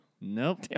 Nope